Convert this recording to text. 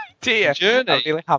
Journey